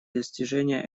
достижения